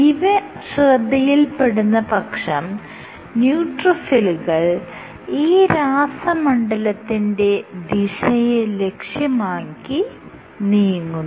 ഇവ ശ്രദ്ധയിൽ പെടുന്ന പക്ഷം ന്യൂട്രോഫിലുകൾ ഈ രാസമണ്ഡലത്തിന്റെ ദിശയെ ലക്ഷ്യമാക്കി നീങ്ങുന്നു